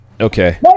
Okay